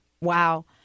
Wow